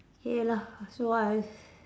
K lah so what's